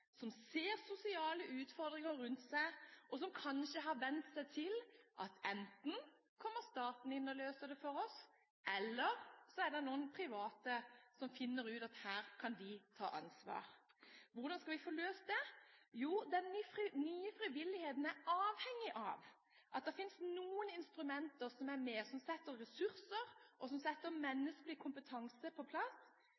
som ser sosiale utfordringer rundt seg, og som kanskje har vent seg til at enten kommer staten inn og løser det for oss, eller så er det noen private som finner ut at her kan de ta ansvar? Hvordan skal vi få løst det? Jo, den nye frivilligheten er avhengig av at det er noen instrumenter til stede som setter ressurser og